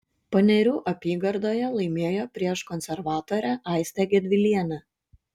panerių apygardoje laimėjo prieš konservatorę aistę gedvilienę